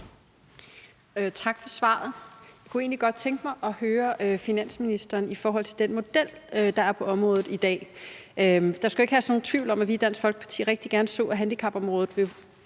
Tak for svaret. Jeg kunne egentlig godt tænke mig at høre finansministeren i forhold til den model, der er på området i dag. Der skal jo ikke herske nogen tvivl om, at vi i Dansk Folkeparti rigtig gerne så, at handicapområdet blev